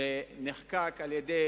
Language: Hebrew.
שנחקק על-ידי